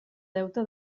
deute